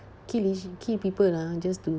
kill each~ kill people ah just to